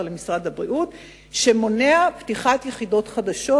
למשרד הבריאות שמונע פתיחת יחידות חדשות,